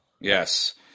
Yes